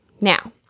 Now